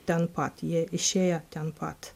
ten pat jie išėjo ten pat